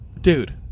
Dude